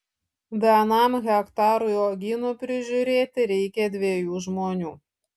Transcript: vienam hektarui uogynų prižiūrėti reikia dviejų žmonių